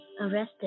arrested